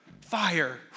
fire